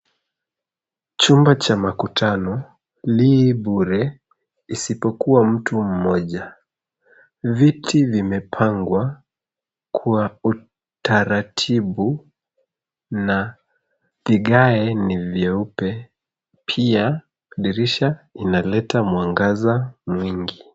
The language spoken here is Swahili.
Chumba cha makutano li bure, isipokua mtu mmoja. Viti vimepangwa kwa utaratibu na vigae ni vyeupe. Pia, dirisha inaleta mwangaza mwingi.